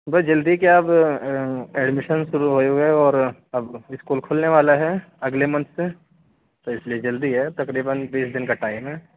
بس جلدی کیا اب ایڈمشن شروع ہوئے ہوئے ہے اور اب اسکول کھلنے والے ہیں اگلے منتھ سے تو اِس لیے جلدی ہے تقریبآٓ بیس دِن کا ٹائم ہے